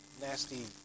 nasty